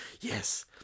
Yes